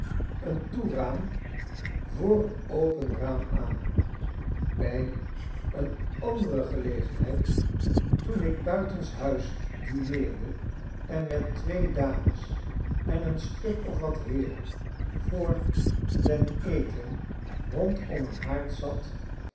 een toeraam voor een open raam aan bij een andere gelegenheid toen ik buitenshuis dineerde en met twee dames en een stuk of wat heeren voor den eten rondom een haard zat